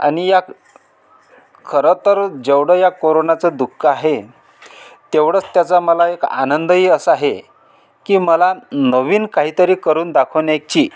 आनी या खर तर जेवढं या कोरोनाच दुःख आहे तेवढच त्याचा मला एक आनंदही असा आहे की मला नविन काही तरी करून दाखवण्याची